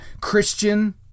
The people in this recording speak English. Christian